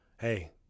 Hey